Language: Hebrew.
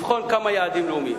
לבחון כמה יעדים לאומיים.